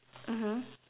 mmhmm